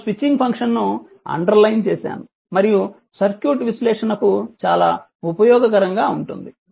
నేను స్విచ్చింగ్ ఫంక్షన్ను అండర్లైన్ చేశాను మరియు సర్క్యూట్ విశ్లేషణ కు చాలా ఉపయోగకరంగా ఉంటుంది